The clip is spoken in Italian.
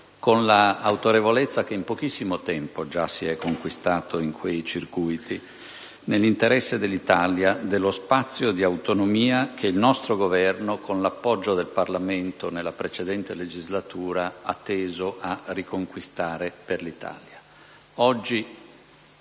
con l'autorevolezza che in pochissimo tempo si è già conquistato in quei circuiti e nell'interesse dell'Italia, dello spazio di autonomia che il nostro Governo, con l'appoggio del Parlamento, nella precedente legislatura ha teso a riconquistare per l'Italia.